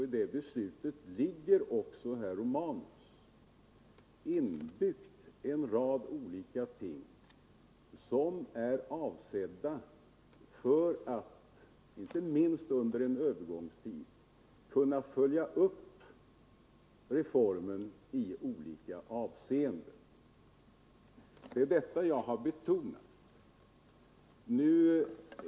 I det beslutet ligger också, herr Romanus, inbyggda en rad olika ting för att man, inte minst under en övergångstid, skall kunna följa upp reformen i olika avseenden. Det är detta som jag har betonat.